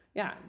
ja